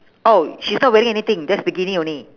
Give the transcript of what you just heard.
oh she's not wearing anything just bikini only